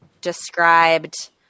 described